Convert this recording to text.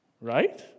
Right